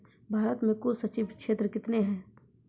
भारत मे कुल संचित क्षेत्र कितने हैं?